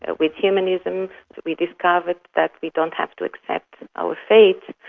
ah with humanism we discovered that we don't have to accept our fate,